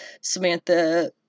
Samantha